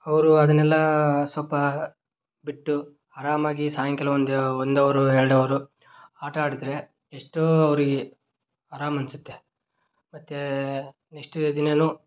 ಅವರು ಅದನ್ನೆಲ್ಲ ಸ್ವಲ್ಪ ಬಿಟ್ಟು ಆರಾಮಾಗಿ ಸಾಯಂಕಾಲ ಒಂದು ಒಂದು ಅವರು ಎರಡು ಅವರು ಆಟ ಆಡಿದರೆ ಎಷ್ಟೋ ಅವ್ರಿಗೆ ಆರಾಮ್ ಅನ್ನಿಸುತ್ತೆ ಮತ್ತು ನೆಕ್ಸ್ಟ್ ದಿನವೂ